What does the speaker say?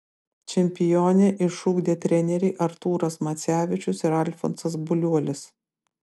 čempionę išugdė treneriai artūras macevičius ir alfonsas buliuolis